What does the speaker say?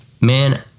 Man